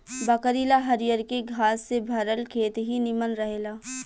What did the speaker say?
बकरी ला हरियरके घास से भरल खेत ही निमन रहेला